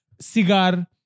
cigar